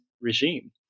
regime